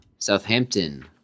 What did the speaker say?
Southampton